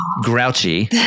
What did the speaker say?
grouchy